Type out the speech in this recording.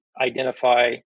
identify